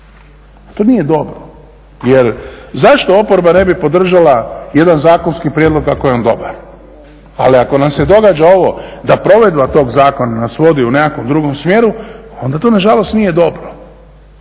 To nije dobro. Jer zašto oporba ne bi podržala jedan zakonski prijedlog ako je on dobar? Ali ako nam se događa ovo da provedba tog zakona nas vodi u nekakvom drugom smjeru onda to nažalost nije dobro.